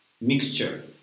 mixture